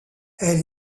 elle